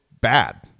bad